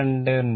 29 o